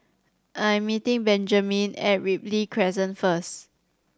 I'm meeting Benjamine at Ripley Crescent first